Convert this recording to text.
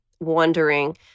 wondering